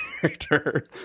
character